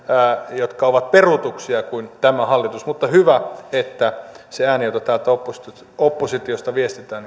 jotka ovat peruutuksia kuin tämä hallitus mutta hyvä että kuullaan se ääni jota täältä oppositiosta oppositiosta viestitään